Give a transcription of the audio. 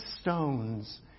stones